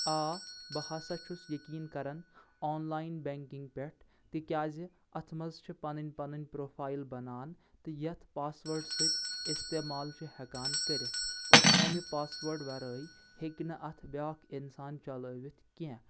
آ بہٕ ہسا چھُس یقیٖن کران آن لایِن بیٚنٛکنٛگ پٮ۪ٹھ تِکیٛازِ اتھ منٛز چھِ پنٕنۍ پنٕنۍ پروفایِل بنان تہٕ یتھ پاسوٲڑ سۭتۍ استعمال چھِ ہٮ۪کان کٔرتھ اور امہِ پاسوٲڑ ورٲے ہٮ۪کہِ نہٕ اتھ بیٛاکھ انسان چلٲوِتھ کینٛہہ